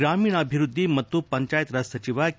ಗ್ರಾಮೀಣಾಭಿವೃದ್ದಿ ಮತ್ತು ಪಂಚಾಯತ್ ರಾಜ್ ಸಚಿವ ಕೆ